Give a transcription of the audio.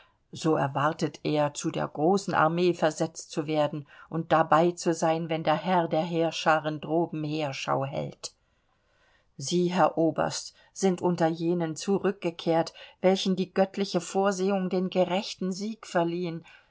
so erwartet er zu der großen armee versetzt zu werden und dabei zu sein wenn der herr der heerschaaren droben heerschau hält sie herr oberst sind unter jenen zurückgekehrt welchen die göttliche vorsehung den gerechten sieg verliehen